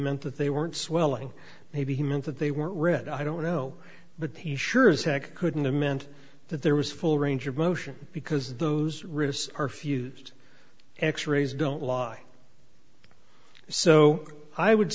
meant that they weren't swelling maybe he meant that they were red i don't know but he sure as heck couldn't a meant that there was full range of motion because those wrists are fused x rays don't lie so i would